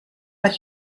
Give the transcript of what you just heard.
but